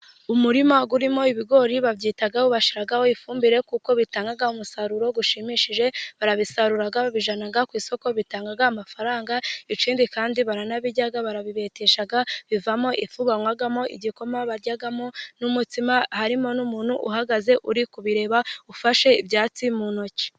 Umurima urimo ibigori, babyitaho bashiraho ifumbire, kuko bitanga umusaruro ushimishije, barabisarura babijyana ku isoko, bitanga amafaranga ikindi kandi baranabirya, barabibetesha bivamo ifu, banywamo igikoma baryamo n'umutsima, harimo n'umuntu uhagaze, uri kubireba ufashe ibyatsi mu ntoki.